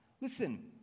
listen